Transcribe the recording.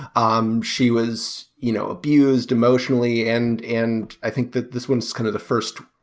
um she was you know abused emotionally and and i think that this one's kind of the first.